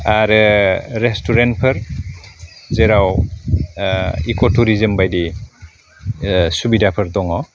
आरो रेस्टुरेन्टफोर जेराव इक'टुरिजिम बायदि सुबिदाफोर दङ